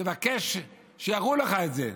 תבקש שיראו לך את זה,